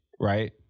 right